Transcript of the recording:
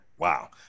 Wow